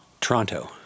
Toronto